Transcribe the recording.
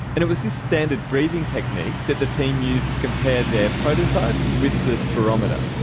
and it was this standard breathing technique that the team used to compare their prototype with the spirometer.